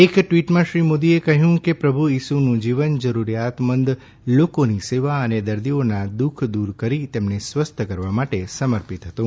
એક ટ્વીટમાં શ્રી મોદીએ કહ્યું છે કે પ્રભુ ઇસુનું જીવન જરૂરિયાતમંદ લોકોની સેવા અને દર્દીઓના દુઃખ દૂર કરીતેમને સ્વસ્થ કરવા માટે સમર્પિત હતું